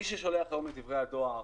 מי ששולח היום את דברי הדואר,